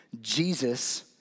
Jesus